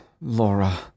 Laura